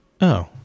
Oh